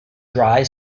dry